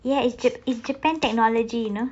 ya it's jap~ it's japan technology you know